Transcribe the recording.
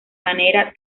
manera